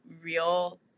real